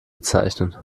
bezeichnen